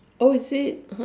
oh is it